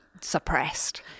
suppressed